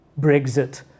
Brexit